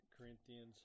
Corinthians